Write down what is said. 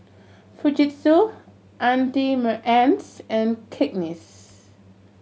Fujitsu Auntie Anne's and Cakenis